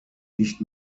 nicht